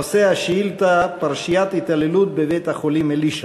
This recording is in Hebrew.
ונושא השאילתה: פרשיית ההתעללות בבית-החולים "אלישע".